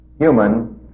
human